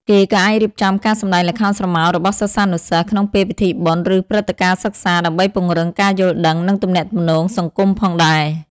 គេក៏អាចរៀបចំការសម្តែងល្ខោនស្រមោលរបស់សិស្សានុសិស្ស ក្នុងពេលពិធីបុណ្យ ឬព្រឹត្តិការណ៍សិក្សា ដើម្បីពង្រឹងការយល់ដឹង និងទំនាក់ទំនងសង្គមផងដែរ។